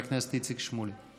חבר הכנסת איציק שמולי.